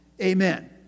Amen